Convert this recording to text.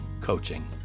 coaching